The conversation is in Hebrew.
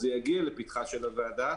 זה יגיע לפתחה של הוועדה.